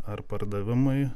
ar pardavimui